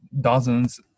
dozens